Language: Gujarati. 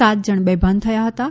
સાત જણ બેભાન થયા હતાં